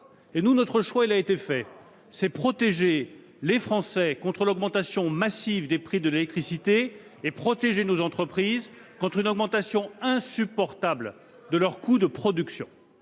choisir. Notre choix, nous l'avons déjà fait : protéger les Français contre l'augmentation massive des prix de l'électricité et protéger nos entreprises contre une augmentation insupportable de leurs coûts de production.